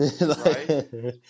Right